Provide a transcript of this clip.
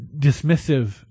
dismissive